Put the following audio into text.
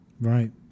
right